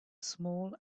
small